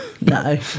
no